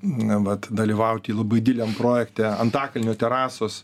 na vat dalyvauti labai dideliam projekte antakalnio terasos